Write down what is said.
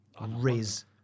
Riz